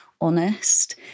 honest